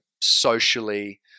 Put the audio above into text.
socially